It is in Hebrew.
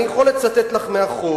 אני יכול לצטט לך מהחוק,